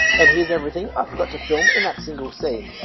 and here's everything i forgot to film in that single scene.